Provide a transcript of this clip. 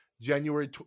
January